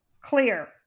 clear